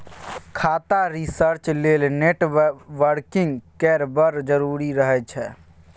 खाता रिसर्च लेल नेटवर्किंग केर बड़ जरुरी रहय छै